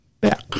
back